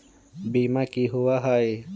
बीमा की होअ हई?